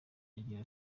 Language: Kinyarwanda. agira